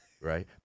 Right